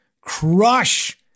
crush